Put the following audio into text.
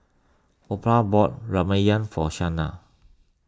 Opha bought Ramyeon for Shayna